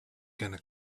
gonna